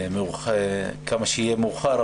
כמה שיהיה מאוחר,